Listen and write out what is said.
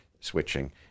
switching